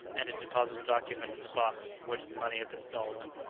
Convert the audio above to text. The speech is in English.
and to deposit the document in the box from which the money had been stolen,